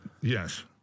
yes